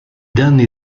danni